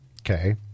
Okay